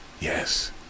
Yes